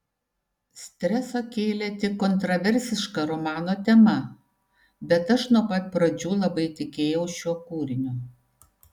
streso kėlė tik kontroversiška romano tema bet aš nuo pat pradžių labai tikėjau šiuo kūriniu